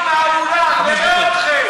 מה מצחיק?